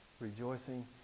Rejoicing